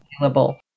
available